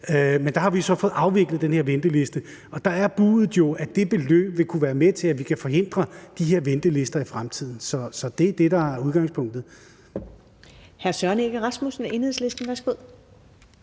men der har vi så fået afviklet den her venteliste. Og der er buddet jo, at det beløb vil kunne være med til, at vi kan forhindre de her ventelister i fremtiden. Så det er det, der er udgangspunktet.